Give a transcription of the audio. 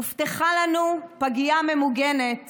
הובטחה לנו פגייה ממוגנת